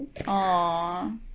Aww